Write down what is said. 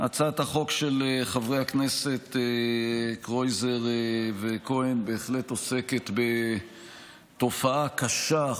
הצעת החוק של חברי הכנסת קרויזר וכהן בהחלט עוסקת בתופעה קשה,